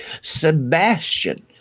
Sebastian